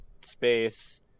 space